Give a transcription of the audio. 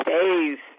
Days